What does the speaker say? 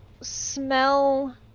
smell